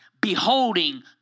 beholding